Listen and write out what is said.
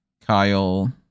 Kyle